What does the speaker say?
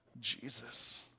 Jesus